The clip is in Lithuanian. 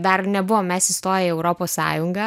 dar nebuvom mes įstoję į europos sąjungą